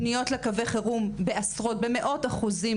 פניות לקווי החירום עלו במאות אחוזים.